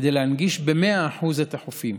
כדי להנגיש במאה אחוז את החופים.